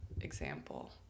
example